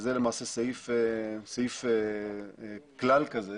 זה למעשה סעיף כלל כזה